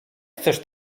chcesz